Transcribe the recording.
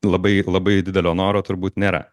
labai labai didelio noro turbūt nėra